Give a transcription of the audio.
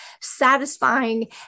satisfying